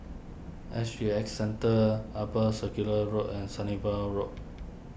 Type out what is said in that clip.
S G X Centre Upper Circular Road and Sunnyville Rome